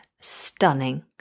stunning